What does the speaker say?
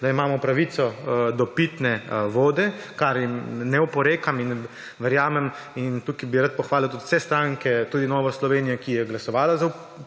da imamo pravico do pitne vode, česar jim ne oporekam in verjamem in tukaj bi rad pohvalil tudi vse stranke, tudi Novo Slovenijo, ki je glasovala za vpis